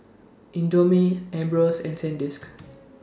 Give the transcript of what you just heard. Indomie Ambros and Sandisk